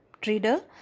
trader